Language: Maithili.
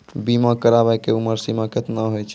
बीमा कराबै के उमर सीमा केतना होय छै?